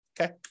okay